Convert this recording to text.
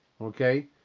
Okay